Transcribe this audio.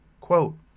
Quote